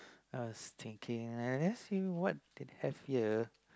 I was thinking I ask you what they have here